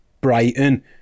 Brighton